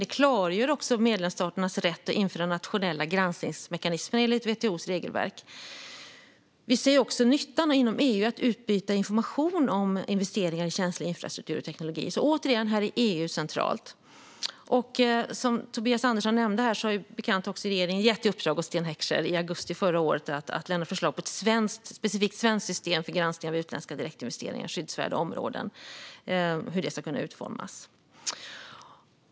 Detta klargör också medlemsstaternas rätt att införa nationella granskningsmekanismer enligt WTO:s regelverk. Vi ser också nyttan inom EU av att utbyta information om investeringar i känslig infrastruktur och teknologi. Här är EU återigen centralt. Som Tobias Andersson nämnde gav regeringen i augusti förra året Sten Heckscher i uppdrag att lämna förslag om hur ett specifikt svenskt system för granskning av utländska direktinvesteringar i skyddsvärda områden ska kunna utformas.